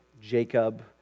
Jacob